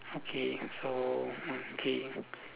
okay so okay